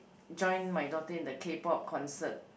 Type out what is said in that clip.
join my daughter in the k-pop concert